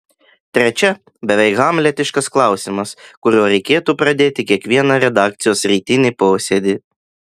trečia beveik hamletiškas klausimas kuriuo reikėtų pradėti kiekvieną redakcijos rytinį posėdį